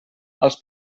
als